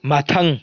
ꯃꯊꯪ